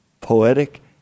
poetic